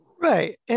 right